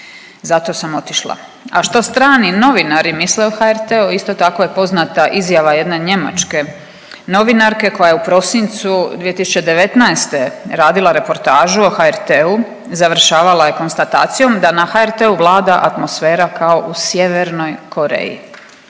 zato sam otišla. A što strani novinari misle o HRT-u isto tako je poznata izjava jedne njemačke novinarke koja je u prosincu 2019. radila reportažu o HRT-u, završavala je konstatacijom da na HRT-u vlada atmosfera kao u sjevernoj Koreji.